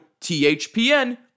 THPN